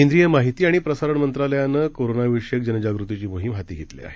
केंद्रीय माहिती आणि प्रसारण मंत्रालयानं करोनाविषयक जनजागृतीची मोहीम हाती घेतली आहे